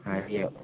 ஆ இ